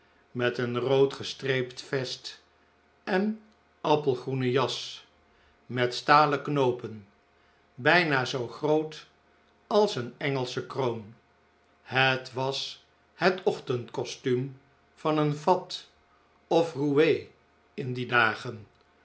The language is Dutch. p een rood gestreept vest en appelgroene jas met stalen knoopen bijna zoo groot o jl o als een engelsche kroon het was het ochtend kostuum van een fat of roue in oanaoaaaoo jje dagen